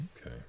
Okay